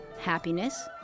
happiness